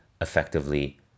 effectively